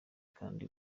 kandi